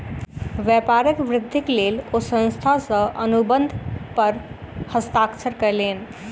व्यापारक वृद्धिक लेल ओ संस्थान सॅ अनुबंध पर हस्ताक्षर कयलैन